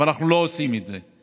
אבל אנחנו לא עושים את זה.